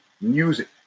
music